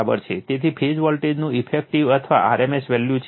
એ phase વોલ્ટેજનું effective અથવા rms value છે